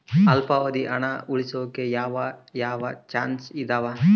ಅಲ್ಪಾವಧಿ ಹಣ ಉಳಿಸೋಕೆ ಯಾವ ಯಾವ ಚಾಯ್ಸ್ ಇದಾವ?